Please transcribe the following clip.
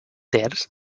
terç